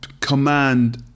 command